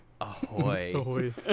Ahoy